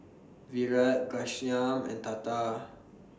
Virat Ghanshyam and Tata